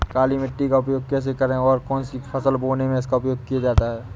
काली मिट्टी का उपयोग कैसे करें और कौन सी फसल बोने में इसका उपयोग किया जाता है?